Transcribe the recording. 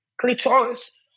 clitoris